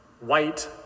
white